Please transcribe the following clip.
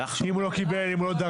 אם הוא לא דרש,